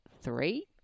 three